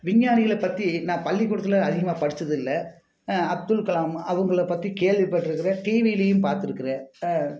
விஞ்ஞானிகளைப் பற்றி நான் பள்ளிக்கூடத்தில் அதிகமாக படிச்சதில்லை அப்துல் கலாம் அவங்களப் பற்றி கேள்விப்பட்டிருக்குறேன் டிவிலேயும் பார்த்துருக்குறேன்